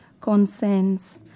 concerns